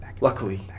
Luckily